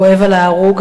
כואב על ההרוג,